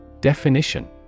Definition